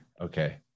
Okay